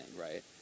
right